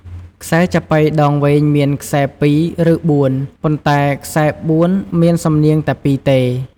ខ្សែចាប៉ីដងវែងមានខ្សែ២ ឬ៤ ប៉ុន្ដែខ្សែ ៤ មានសំនៀងតែ ២ ទេ។